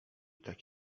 tak